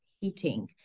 heating